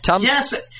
Yes